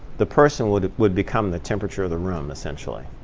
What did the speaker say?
the person would would become the temperature of the room essentially.